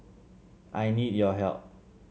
I need your help